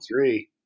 three